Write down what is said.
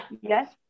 Yes